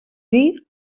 dir